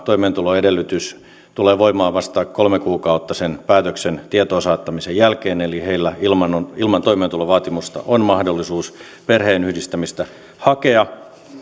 toimeentuloedellytys tulee voimaan vasta kolme kuukautta sen päätöksen tietoon saattamisen jälkeen eli heillä on ilman toimeentulovaatimusta mahdollisuus perheenyhdistämistä hakea